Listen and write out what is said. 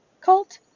Colt